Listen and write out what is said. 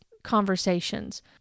conversations